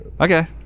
Okay